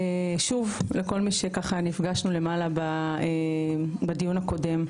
שוב לכל מי שככה נפגשנו למעלה בדיון הקודם,